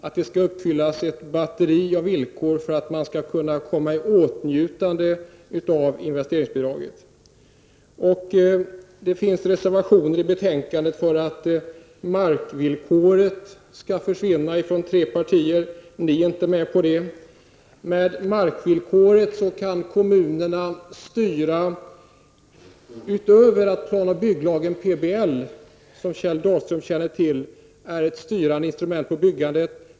Ett batteri av villkor skall uppfyllas för att man skall komma i åtnjutande av investeringsbidraget. I betänkandet finns reservationer från tre partier om att villkoret skall försvinna. Ni är inte med på någon av dessa reservationer. Med markvillkoret kan kommunerna styra utöver de möjligheter som plan och bygglagen ger.